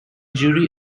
jury